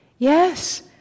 Yes